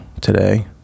today